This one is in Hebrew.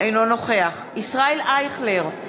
אינו נוכח ישראל אייכלר,